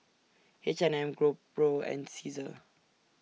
H and M GoPro and Cesar